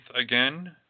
again